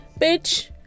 Bitch